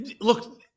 Look